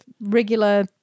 regular